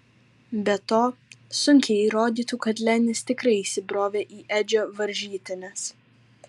be to sunkiai įrodytų kad lenis tikrai įsibrovė į edžio varžytines